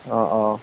অঁ অঁ